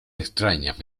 extrañas